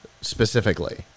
specifically